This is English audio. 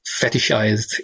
fetishized